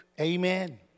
Amen